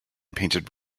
painted